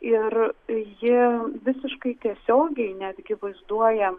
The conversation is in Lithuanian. ir ji visiškai tiesiogiai netgi vaizduoja